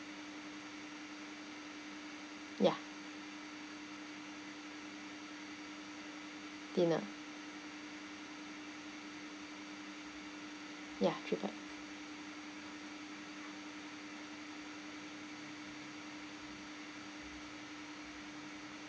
ya dinner ya three pax